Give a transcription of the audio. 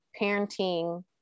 parenting